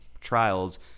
trials